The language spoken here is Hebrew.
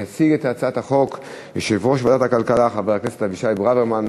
יציג את הצעת החוק יושב-ראש ועדת הכלכלה חבר הכנסת אבישי ברוורמן.